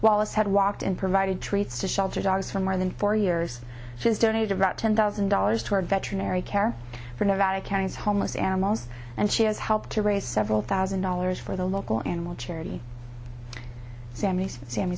wallace had walked and provided treats to shelter dogs for more than four years she has donated about ten thousand dollars toward veterinary care for nevada county's homeless animals and she has helped to raise several thousand dollars for the local animal charity sami's sammy